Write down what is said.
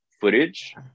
footage